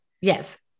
Yes